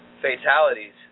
fatalities